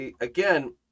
again